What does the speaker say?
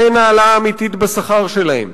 כן העלאה אמיתית בשכר שלהן,